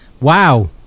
Wow